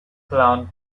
clown